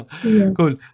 cool